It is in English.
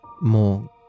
more